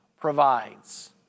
provides